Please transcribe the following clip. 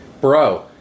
Bro